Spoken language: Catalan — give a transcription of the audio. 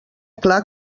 clar